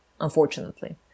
unfortunately